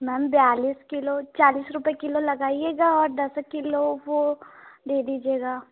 ma'am बयालीस kilo चालीस रुपए किलो लगाइएगा और दस किलो वो दे दीजिएगा